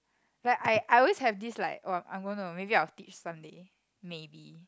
like I I always have this like oh I'm going to maybe I will teach someday maybe